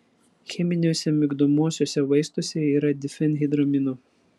cheminiuose migdomuosiuose vaistuose yra difenhidramino